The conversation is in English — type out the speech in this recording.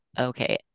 okay